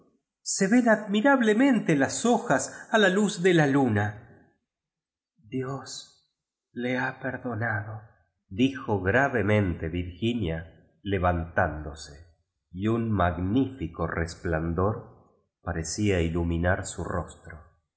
se ven admirablemente las hojas a la luz de la luna dios le ha perdonado dijo grave mente virginia levantándose y un magnífi co resplandor parecía iluminar su rostro